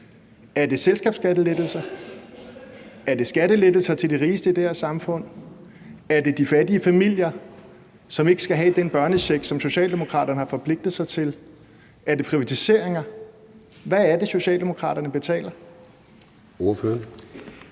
Er det selskabsskattelettelser? Er det skattelettelser til de rigeste i det her samfund? Er det de fattige familier, som ikke skal have den børnecheck, som Socialdemokraterne har forpligtet sig til? Er det privatiseringer? Hvad er det, Socialdemokraterne betaler?